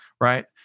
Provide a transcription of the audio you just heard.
right